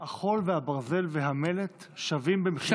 החול, הברזל והמלט שווים במחירם בכל הארץ.